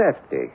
safety